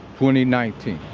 twenty nineteen.